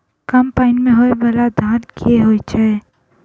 कम पानि मे होइ बाला धान केँ होइ छैय?